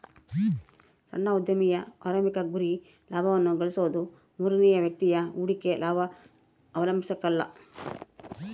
ಸಣ್ಣ ಉದ್ಯಮಿಯ ಆರಂಭಿಕ ಗುರಿ ಲಾಭವನ್ನ ಗಳಿಸೋದು ಮೂರನೇ ವ್ಯಕ್ತಿಯ ಹೂಡಿಕೆ ಅವಲಂಬಿಸಕಲ್ಲ